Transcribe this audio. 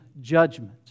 judgment